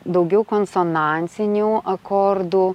daugiau konsonansinių akordų